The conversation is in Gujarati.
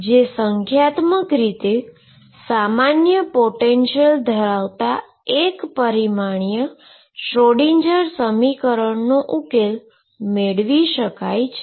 જે સંખ્યાત્મક રીતે સામાન્ય પોટેંશીઅલ ધરાવતા એક પરીમાણીય શ્રોડિંજર સમીકરણનો ઉકેલ મેળવી શકાય છે